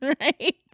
right